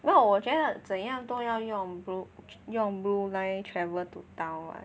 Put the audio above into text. well 我觉得怎样都要用 blue 用 blue line travel to town [what]